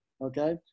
okay